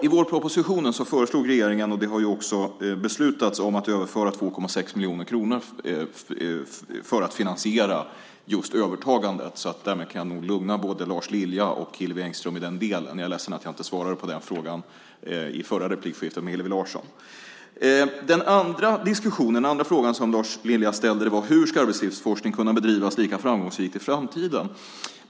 I vårpropositionen föreslog regeringen - det har också beslutats - att 2,6 miljoner ska överföras för att finansiera övertagandet. Därmed kan jag lugna både Lars Lilja och Hillevi Larsson i den delen. Jag är ledsen att jag inte svarade på den frågan i den förra debatten med Hillevi Larsson. Den andra frågan som Lars Lilja ställde gällde hur arbetslivsforskning ska kunna bedrivas lika framgångsrikt i framtiden.